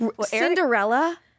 Cinderella